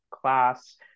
class